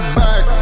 back